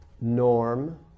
norm